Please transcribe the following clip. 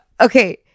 Okay